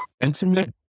Intimate